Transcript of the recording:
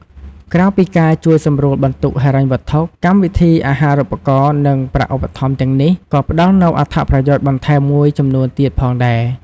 ក្រៅពីការ ជួយសម្រួលបន្ទុកហិរញ្ញវត្ថុ កម្មវិធីអាហារូបករណ៍ និងប្រាក់ឧបត្ថម្ភទាំងនេះក៏ ផ្ដល់នូវអត្ថប្រយោជន៍បន្ថែមមួយចំនួនទៀត ផងដែរ។